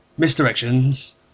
misdirections